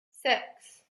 six